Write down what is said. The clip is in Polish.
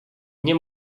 nie